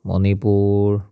Manipur